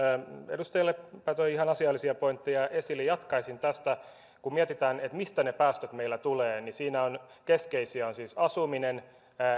edustaja leppä toi ihan asiallisia pointteja esille jatkaisin tästä kun mietitään mistä ne päästöt meillä tulevat niin siinä ovat keskeisiä tekijöitä siis asuminen